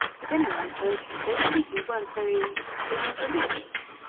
if any one heard you, they'd think you weren't very. very religious.